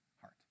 heart